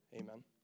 amen